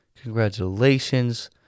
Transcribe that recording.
Congratulations